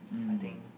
I think